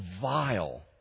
vile